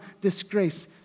disgrace